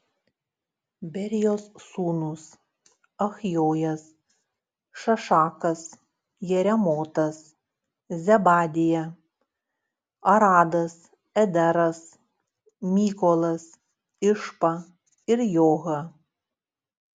berijos sūnūs achjojas šašakas jeremotas zebadija aradas ederas mykolas išpa ir joha